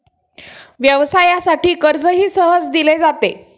व्यवसायासाठी कर्जही सहज दिले जाते